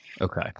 Okay